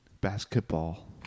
basketball